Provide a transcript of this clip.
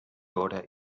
order